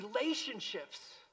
relationships